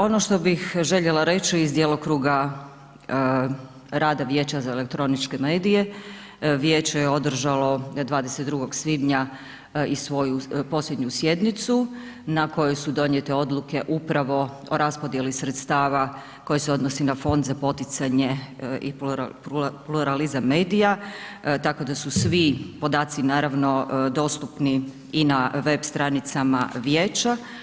Ono što bih željela reći iz djelokruga rada Vijeća za elektroničke medije, vijeće je održalo 22. svibnja i svoju posljednju sjednicu na kojoj su donijete odluke upravo o raspodijeli sredstava koje se odnosi na fond za poticanje i pluralizam medija, tako da su svi podaci, naravno, dostupni i na web stranicama vijeća.